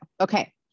Okay